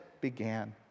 began